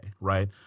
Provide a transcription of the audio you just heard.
right